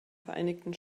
vereinigten